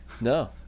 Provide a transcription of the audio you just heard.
no